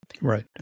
Right